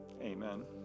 Amen